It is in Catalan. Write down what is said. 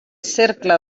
cercle